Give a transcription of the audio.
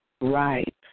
right